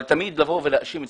תמיד לבוא ולהאשים את